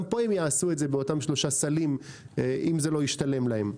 גם פה הם יעשו את זה באותם שלושה סלים אם לא ישתלם להם.